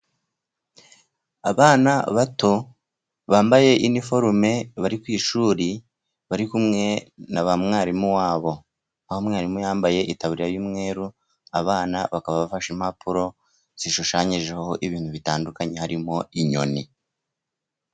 Abana bato bambaye iniforume bari ku ishuri, bari kumwe na ba mwarimu wabo, aho mwarimu yambaye itaburiya y'umweru, abana bakaba bafashe impapuro zishushanyijeho ibintu bitandukanye, harimo inyoni.